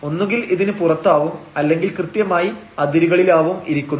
ഒന്നുകിൽ ഇതിന് പുറത്താവും അല്ലെങ്കിൽ കൃത്യമായി അതിരുകളിലാവും ഇരിക്കുന്നത്